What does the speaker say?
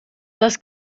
das